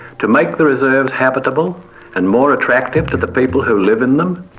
to make the reserves habitable and more attractive to the people who live in them.